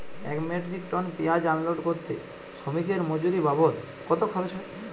এক metric ton পেঁয়াজ unload করতে শ্রমিকের মজুরি বাবদ কত খরচ হয়?